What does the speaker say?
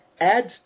Adds